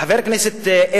חבר הכנסת אלקין,